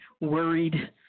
worried